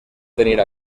tenir